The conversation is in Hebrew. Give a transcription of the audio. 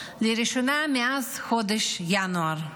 לראשונה מאז חודש ינואר.